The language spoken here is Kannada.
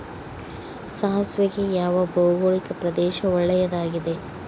ಸಾಸಿವೆಗೆ ಯಾವ ಭೌಗೋಳಿಕ ಪ್ರದೇಶ ಒಳ್ಳೆಯದಾಗಿದೆ?